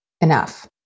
enough